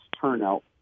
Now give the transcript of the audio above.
turnout